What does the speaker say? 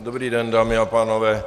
Dobrý den, dámy a pánové.